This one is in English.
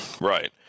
Right